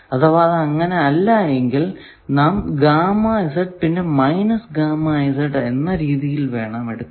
അഥവാ അത് അങ്ങനെ അല്ല എങ്കിൽ നാം പിന്നെ എന്ന രീതിയിൽ വേണം എടുക്കാൻ